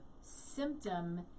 symptom